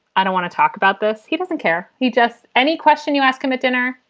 i don't want to talk about this. he doesn't care. he just any question you ask him at dinner,